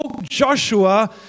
Joshua